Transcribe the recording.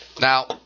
Now